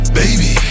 baby